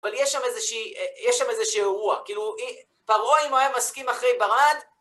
אבל יש שם איזשהו אירוע, כאילו פרעה אם הוא היה מסכים אחרי ברד